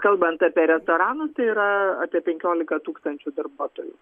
kalbant apie restoranus tai yra apie penkiolika tūkstančių darbuotojų